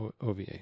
OVA